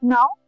Now